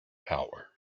power